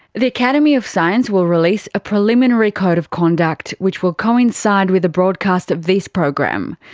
the academy of science will release a preliminary code of conduct which will coincide with the broadcast of this program.